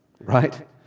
right